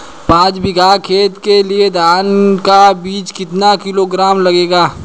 पाँच बीघा खेत के लिये धान का बीज कितना किलोग्राम लगेगा?